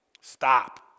Stop